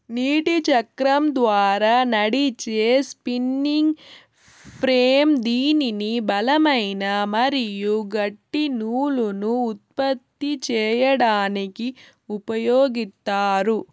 నీటి చక్రం ద్వారా నడిచే స్పిన్నింగ్ ఫ్రేమ్ దీనిని బలమైన మరియు గట్టి నూలును ఉత్పత్తి చేయడానికి ఉపయోగిత్తారు